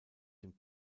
dem